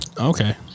Okay